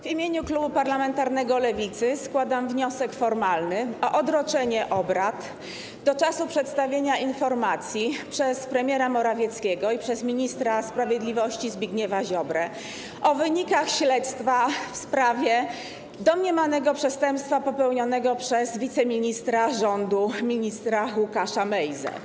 W imieniu klubu parlamentarnego Lewicy składam wniosek formalny o odroczenie obrad do czasu przedstawienia przez premiera Morawieckiego i przez ministra sprawiedliwości Zbigniewa Ziobrę informacji o wynikach śledztwa w sprawie domniemanego przestępstwa popełnionego przez wiceministra rządu ministra Łukasza Mejzę.